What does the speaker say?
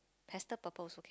pastel purple also can